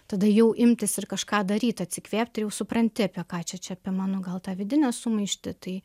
tada jau imtis ir kažką daryti atsikvėpti jau supranti apie ką čia čia apie mano gal tą vidinę sumaištį tai